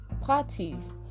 parties